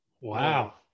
Wow